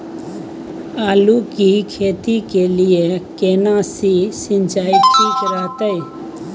आलू की खेती के लिये केना सी सिंचाई ठीक रहतै?